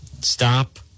Stop